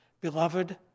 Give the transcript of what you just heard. Beloved